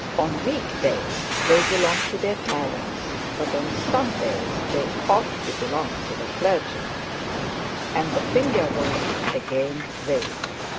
on week days they belong to their parents, but on sundays they ought to belong to the clergyman and the finger was again raised.